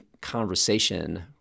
conversation